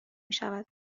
میشود